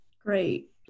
Great